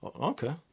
Okay